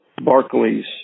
Barclays